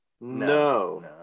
no